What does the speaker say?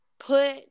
put